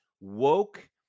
woke